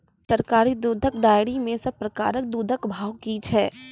सरकारी दुग्धक डेयरी मे सब प्रकारक दूधक भाव की छै?